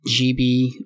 GB